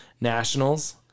Nationals